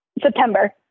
September